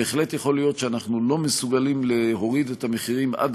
בהחלט יכול להיות שאנחנו לא מסוגלים להוריד את המחירים עד